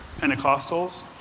Pentecostals